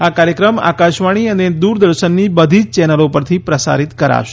આ કાર્યક્રમ આકાશવાણી અને દૂરદર્શનની બધી જ ચેનલો ઉપરથી પ્રસારિત કરાશે